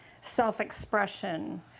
self-expression